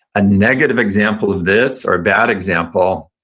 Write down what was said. a negative example of this, or a bad example,